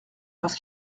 parce